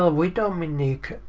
ah widominiq,